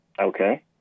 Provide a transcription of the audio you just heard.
Okay